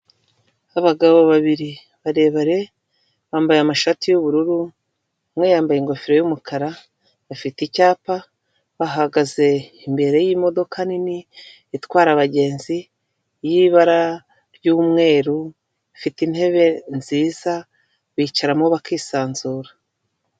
Abagabo babiri barebare bambaye amashati y'ubururu umwe yambaye ingofero y'umukara, bafite icyapa bahagaze imbere y'imodoka nini itwara abagenzi y'ibara ry'umweru ifite intebe nziza bicaramo bakisanzura.